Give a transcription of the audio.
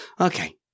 Okay